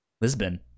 Lisbon